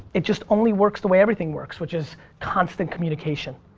it just only works the way everything works which is constant communication.